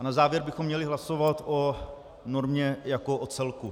Na závěr bychom měli hlasovat o normě jako o celku.